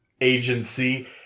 agency